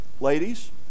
Ladies